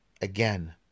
Again